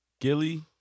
Gilly